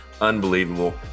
unbelievable